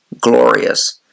glorious